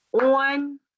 on